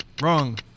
Wrong